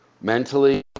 mentally